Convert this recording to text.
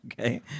Okay